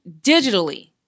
digitally